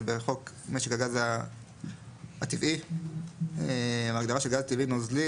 אז בחוק משק הגז הטבעי ההגדרה של גז טבעי נוזלי